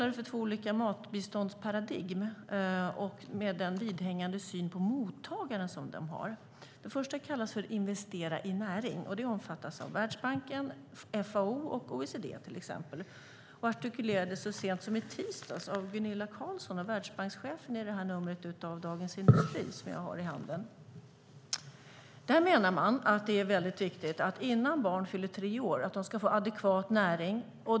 Det är två olika matbiståndsparadigm med den vidhängande syn på mottagaren som de har. Den första kallas för att investera i näring. Den omfattas av Världsbanken, FAO och OECD, och den artikulerades så sent som i tisdags av Gunilla Carlsson och världsbankschefen i det nummer av Dagens Industri som jag har i handen. De menar att det är viktigt att barn innan de fyller tre år ska få adekvat näring.